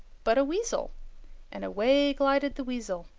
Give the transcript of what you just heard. but a weasel and away glided the weasel,